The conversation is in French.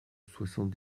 soixante